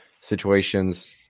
situations